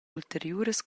ulteriuras